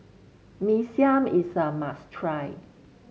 Mee Siam is a must try